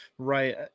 Right